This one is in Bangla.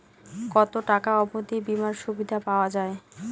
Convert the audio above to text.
কত টাকা অবধি বিমার সুবিধা পাওয়া য়ায়?